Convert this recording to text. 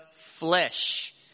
flesh